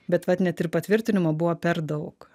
bet vat net ir patvirtinimo buvo per daug